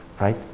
right